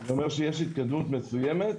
אני אומר שיש התקדמות מסוימת,